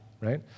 right